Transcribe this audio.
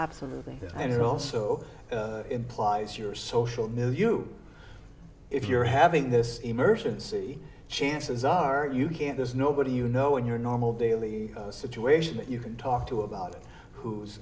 absolutely and it also implies your social milieu you if you're having this emergency chances are you can't there's nobody you know in your normal daily situation that you can talk to about who's